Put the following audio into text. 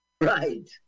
Right